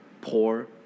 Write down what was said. poor